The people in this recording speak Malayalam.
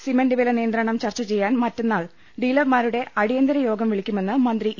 സിമന്റ് വില നിയന്ത്രണം ചർച്ച ചെയ്യാൻ മറ്റന്നാൾ ഡീലർമാ രുടെ അടിയന്തിര യോഗം വിളിക്കുമെന്ന് മന്ത്രി ഇ